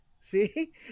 See